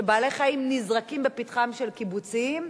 שבעלי-חיים נזרקים בפתחם של קיבוצים,